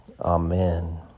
Amen